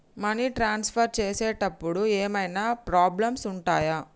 Money transfer చేసేటప్పుడు ఏమైనా problems ఉంటయా?